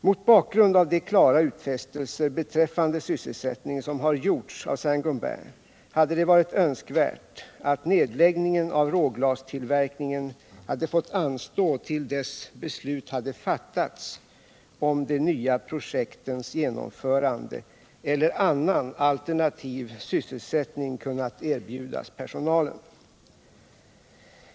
Mot bakgrund av de klara utfästelser beträffande sysselsättningen som har gjorts av Saint Gobain hade det varit önskvärt att nedläggningen av råglastillverkningen hade fått anstå till dess beslut hade fattats om de nya projektens genomförande eller annan alternativ sysselsättning kunnat erbjudas personalen.